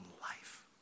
life